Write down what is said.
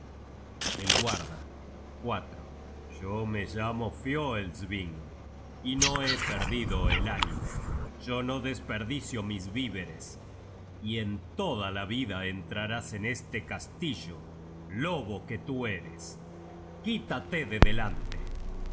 el guarda yo me llamo fioelsving y no he perdido el ánimo yo no desperdicio mis víveres y en toda la vida entrarás en este castillo lobo que tú eres quítate de delante